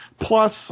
Plus